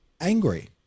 angry